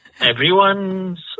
everyone's